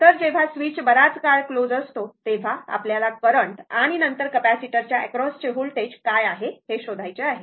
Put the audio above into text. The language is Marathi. तर जेव्हा स्विच बराच काळ क्लोज असतो तेव्हा आपल्याला करंट आणि नंतर कॅपेसिटरच्या एक्रॉस चे व्होल्टेज काय आहे हे शोधायचे आहे